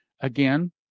Again